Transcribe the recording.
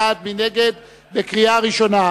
ההצעה להעביר את הצעת חוק מיסוי מקרקעין (שבח ורכישה)